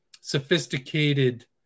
sophisticated